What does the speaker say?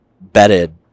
bedded